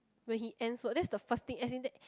when he ends work that's the first thing as in that